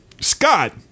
Scott